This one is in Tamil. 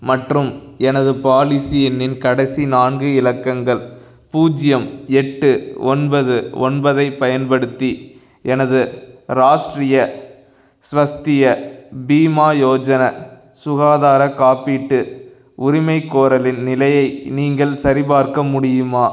மற்றும் எனது பாலிசி எண்ணின் கடைசி நான்கு இலக்கங்கள் பூஜ்ஜியம் எட்டு ஒன்பது ஒன்பதை பயன்படுத்தி எனது ராஷ்டிரிய ஸ்வஸ்திய பீமா யோஜன சுகாதார காப்பீட்டு உரிமைகோரலின் நிலையை நீங்கள் சரிபார்க்க முடியுமா